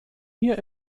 hier